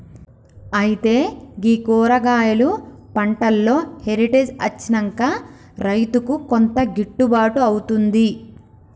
అయితే గీ కూరగాయలు పంటలో హెరిటేజ్ అచ్చినంక రైతుకు కొంత గిట్టుబాటు అవుతుంది